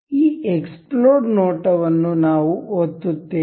ಈ ಎಕ್ಸ್ಪ್ಲೋಡ್ ನೋಟ ವನ್ನು ನಾವು ಒತ್ತುತ್ತೇವೆ